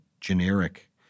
generic